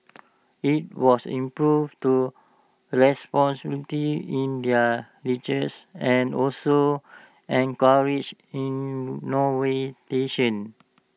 IT was improve to in their research and also encourage